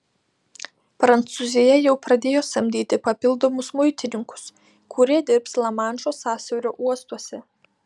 prancūzija jau pradėjo samdyti papildomus muitininkus kurie dirbs lamanšo sąsiaurio uostuose